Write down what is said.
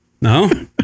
No